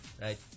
Right